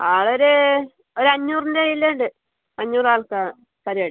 അത് ഒരു ഒരു അഞ്ഞൂറിൻ്റെ ഇതിൽ ഉണ്ട് അഞ്ഞൂർ ആൾക്കാറെ പരിപാടി